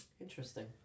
Interesting